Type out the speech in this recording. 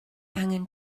angen